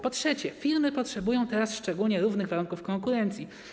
Po trzecie, firmy potrzebują, teraz szczególnie, równych warunków konkurencji.